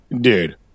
dude